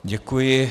Děkuji.